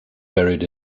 buried